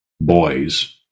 boys